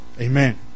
Amen